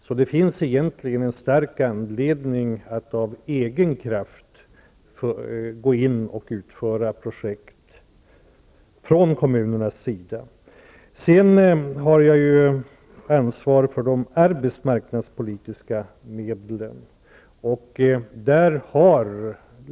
Så det finns egentligen en stark anledning att av egen kraft från kommunernas sida utföra projekt. Jag har ju ansvar för de arbetsmarknadspolitiska medlen.